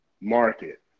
market